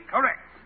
Correct